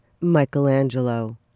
Michelangelo